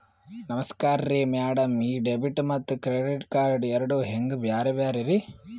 ನಮಸ್ಕಾರ್ರಿ ಮ್ಯಾಡಂ ಈ ಡೆಬಿಟ ಮತ್ತ ಕ್ರೆಡಿಟ್ ಕಾರ್ಡ್ ಎರಡೂ ಹೆಂಗ ಬ್ಯಾರೆ ರಿ?